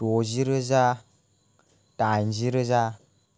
द'जि रोजा दाइनजि रोजा